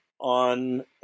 on